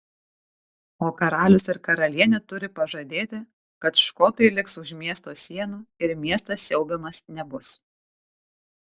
o karalius ir karalienė turi pažadėti kad škotai liks už miesto sienų ir miestas siaubiamas nebus